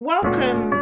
Welcome